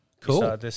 Cool